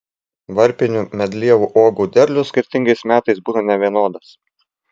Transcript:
varpinių medlievų uogų derlius skirtingais metais būna nevienodas